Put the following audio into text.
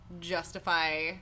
justify